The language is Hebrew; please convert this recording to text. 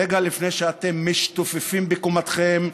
רגע לפני שאתם משתופפים בקומתכם,